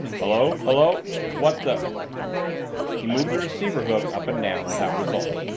hello hello what the he moved the receiver hook up and down, without result,